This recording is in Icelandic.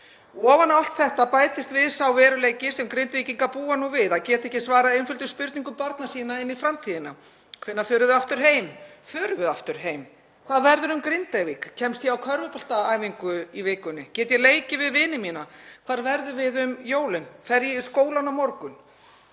Ofan á allt þetta bætist sá veruleiki sem Grindvíkingar búa nú við, að geta ekki svarað einföldum spurningum barna sinna um framtíðina: Hvenær förum við aftur heim? Förum við aftur heim? Hvað verður um Grindavík? Kemst ég á körfuboltaæfingu í vikunni? Get ég leiki við vini mína? Hvar verðum við um jólin? Fer ég í skólann á morgun?